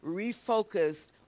refocused